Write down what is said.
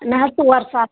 نہ حظ ژور ساس